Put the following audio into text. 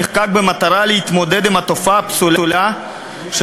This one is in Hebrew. נחקק במטרה להתמודד עם התופעה הפסולה של